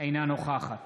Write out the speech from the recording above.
אינה נוכחת